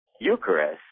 Eucharist